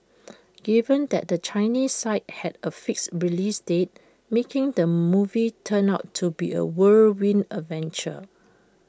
given that the Chinese side had A fixed release date making the movie turned out to be A whirlwind adventure